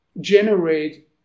Generate